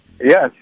Yes